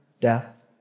death